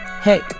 hey